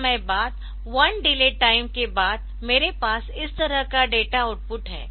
कुछ समय बाद 1 डिले टाइम के बाद मेरे पास इस तरह का डेटा आउटपुट है